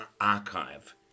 archive